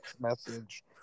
message